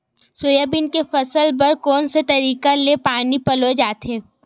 Soybean के फसल बर कोन से तरीका ले पानी पलोय जाथे?